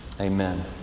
Amen